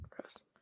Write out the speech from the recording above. Gross